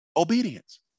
Obedience